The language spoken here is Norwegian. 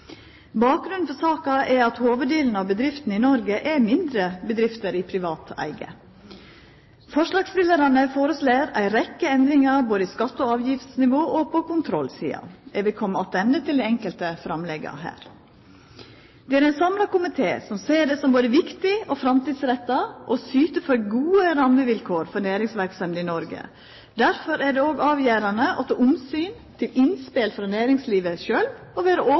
Bakgrunnen for saka er at hovuddelen av bedriftene i Noreg er mindre bedrifter i privat eige. Forslagsstillarane foreslår ei rekkje endringar både i skatte- og avgiftsnivå og på kontrollsida. Eg vil kome attende til dei enkelte framlegga. Det er ein samla komité som ser det som både viktig og framtidsretta å syta for gode rammevilkår for næringsverksemd i Noreg. Difor er det òg avgjerande å ta omsyn til innspel frå næringslivet sjølv og